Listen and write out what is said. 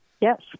Yes